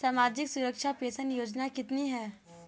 सामाजिक सुरक्षा पेंशन योजना कितनी हैं?